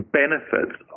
benefits